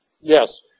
yes